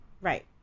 Right